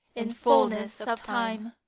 in fulness of time.